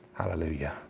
Hallelujah